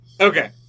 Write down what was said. Okay